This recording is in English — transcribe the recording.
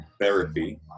therapy